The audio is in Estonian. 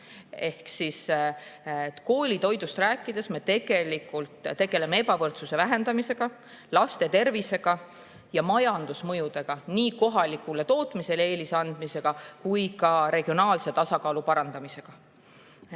Ehk siis, koolitoidust rääkides me tegelikult tegeleme ebavõrdsuse vähendamisega, laste tervisega ja mõjuga majandusele, nii kohalikule tootmisele eelise andmisega kui ka regionaalse tasakaalu parandamisega.